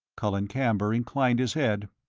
colin camber inclined his head.